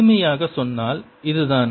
எளிமையாகச் சொன்னால் இதுதான்